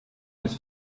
his